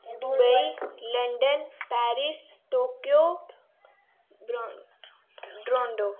Dubai London Paris Tokyo डरोनडो